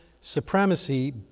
supremacy